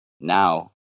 Now